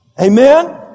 Amen